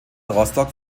rostock